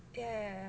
yeah